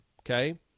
okay